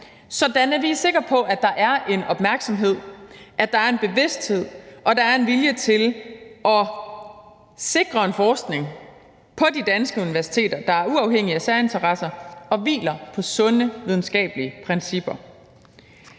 sådan at vi er sikre på, at der er en opmærksomhed på, at der er en bevidsthed om, og at der er en vilje til at sikre en forskning på de danske universiteter, der er uafhængig af særinteresser og hviler på sunde videnskabelige principper.